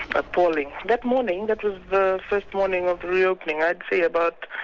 appalling. that morning, that was the first morning of the reopening i'd say about